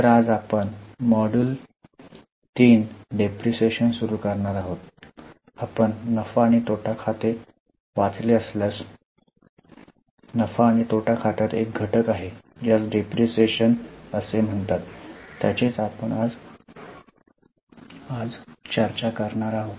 तर आज आपण मॉड्यूल 3 "डिप्रीशीएशन " सुरू करणार आहोत आपण नफा आणि तोटा खाते वाचले असल्यास नफा आणि तोटा खात्यात एक घटक आहे ज्यास डिप्रीशीएशन आणि परिशोधन म्हणतात त्याचीच आपण आज चर्चा करणार आहोत